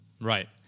Right